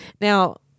Now